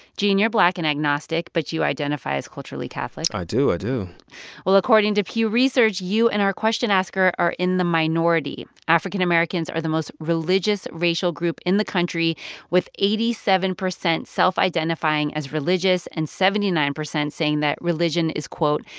gene, you're black and agnostic, but you identify as culturally catholic i do. i do well, according to pew research, you and our question-asker are in the minority. african-americans are the most religious racial group in the country with eighty seven percent self-identifying as religious and seventy nine percent saying that religion is, quote,